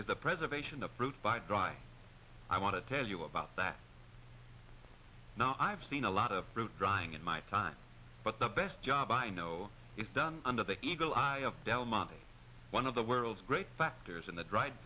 is the preservation of fruit by dry i want to tell you about that now i've seen a lot of fruit drying in my time but the best job i know is done under the eagle eye of del monte one of the world's great factors in the dried